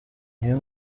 niyo